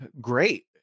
great